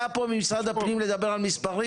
מישהו פה ממשרד הפנים יודע לדבר על מספרים?